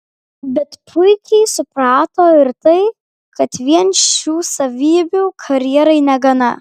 bet puikiai suprato ir tai kad vien šių savybių karjerai negana